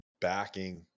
backing